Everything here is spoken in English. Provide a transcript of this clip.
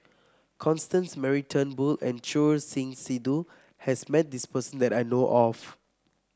Constance Mary Turnbull and Choor Singh Sidhu has met this person that I know of